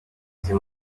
z’i